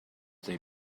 they